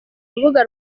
urubuga